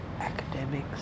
academics